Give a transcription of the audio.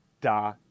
da